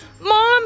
Mom